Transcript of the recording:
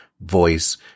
voice